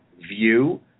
view